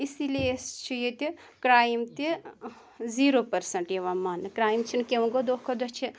اسی لیے چھِ ییٚتہِ کرٛایم تہِ زیٖرو پٔرسَنٛٹ یِوان ماننہٕ کرٛایم چھِنہٕ کیںٛہہ وۄنۍ گوٚو دۄہ کھۄ دۄہ چھِ